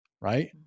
right